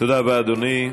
תודה רבה, אדוני.